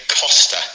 Costa